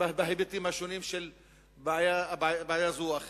בהיבטים השונים של בעיה זאת או אחרת.